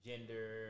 Gender